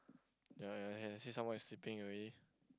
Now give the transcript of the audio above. ya ya you can see someone is sleeping already